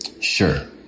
Sure